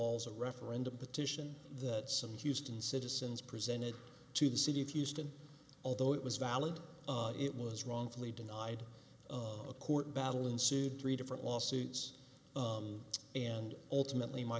also referendum petition that some houston citizens presented to the city of houston although it was valid it was wrongfully denied a court battle ensued three different lawsuits and ultimately my